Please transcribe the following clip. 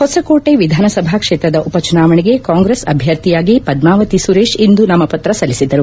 ಹೊಸಕೋಟೆ ವಿಧಾನಸಭಾ ಕ್ಷೇತ್ರದ ಉಪ ಚುನಾವಣೆಗೆ ಕಾಂಗ್ರೆಸ್ ಅಭ್ಯರ್ಥಿಯಾಗಿ ಪದ್ನಾವತಿ ಸುರೇಶ್ ಇಂದು ನಾಮಪತ್ರ ಸಲ್ಲಿಸಿದರು